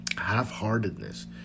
half-heartedness